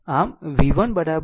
આમ v1 v